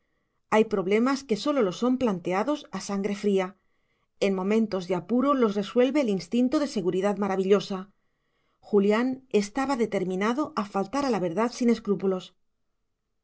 hay problemas que sólo lo son planteados a sangre fría en momentos de apuro los resuelve el instinto con seguridad maravillosa julián estaba determinado a faltar a la verdad sin escrúpulos